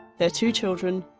their two children,